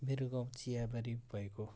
मेरो गाउँ चियाबारी भएको